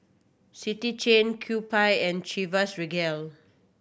City Chain Kewpie and Chivas Regal